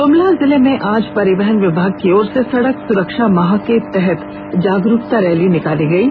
ग्रमला जिले में आज परिवहन विभाग की ओर से सड़क स्रक्षा माह के तहत जागरूकता रैली निकाली गयी